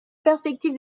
perspectives